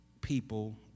people